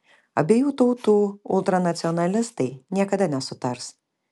abiejų tautų ultranacionalistai niekada nesutars